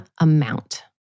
amount